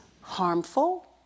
harmful